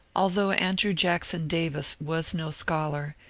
aldiough andrew jackson davis was no scholar,